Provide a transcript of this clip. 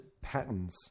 patterns